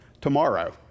Tomorrow